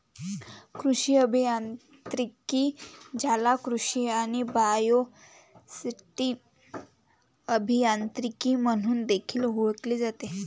कृषी अभियांत्रिकी, ज्याला कृषी आणि बायोसिस्टम अभियांत्रिकी म्हणून देखील ओळखले जाते